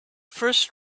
first